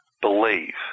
believe